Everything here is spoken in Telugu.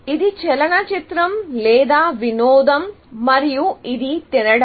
ఇది చలనచిత్రం లేదా వినోదం మరియు ఇది తినడం